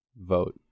Vote